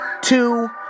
two